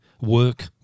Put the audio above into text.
work